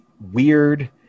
weird